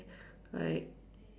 like